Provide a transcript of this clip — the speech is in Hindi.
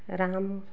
राम